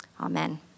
Amen